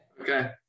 Okay